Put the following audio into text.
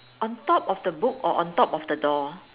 on top of the book or on top of the door